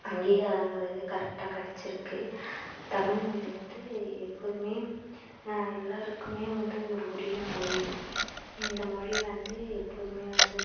அங்கீகாரங்கிறது கரெக்டாக கடைச்சியிருக்கு தமிழ் மொழி வந்து எப்போதுமே எல்லாருக்குமே வந்து ஒரு உரிய மொழி இந்த மொழி வந்து எப்போதுமே வந்து